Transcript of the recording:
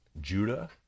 Judah